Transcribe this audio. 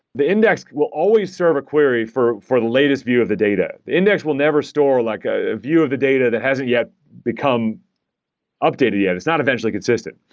the index will always serve a query for the latest view of the data. the index will never store like a view of the data that hasn't yet become updated yet. it's not eventually consistent.